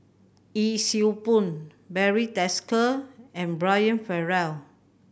Yee Siew Pun Barry Desker and Brian Farrell